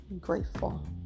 grateful